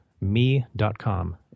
me.com